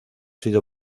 sido